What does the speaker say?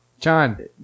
John